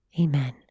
Amen